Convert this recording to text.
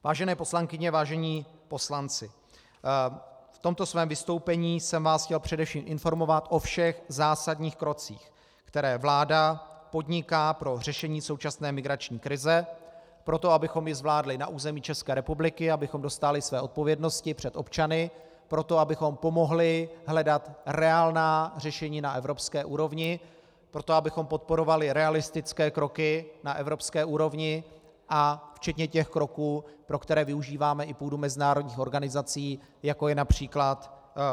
Vážené poslankyně, vážení poslanci, v tomto svém vystoupení jsem vás chtěl především informovat o všech zásadních krocích, které vláda podniká pro řešení současné migrační krize, pro to, abychom ji zvládli na území ČR, abychom dostáli své odpovědnosti před občany, pro to, abychom pomohli hledat reálná řešení na evropské úrovni, pro to, abychom podporovali realistické kroky na evropské úrovni, včetně těch kroků, pro které využíváme i půdu mezinárodních organizací, jako je např.